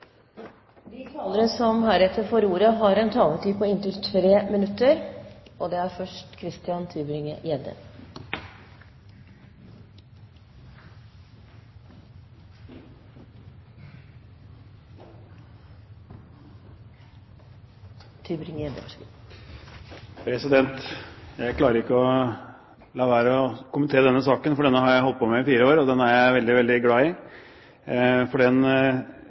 De talere som heretter får ordet, har en taletid på inntil 3 minutter. Jeg klarer ikke la være å kommentere denne saken, for den har jeg holdt på med i fire år, og den er jeg veldig, veldig glad i. Den reflekterer de gigantiske inkonsekvensene i Regjeringens politikk på en så utmerket måte at den